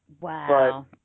Wow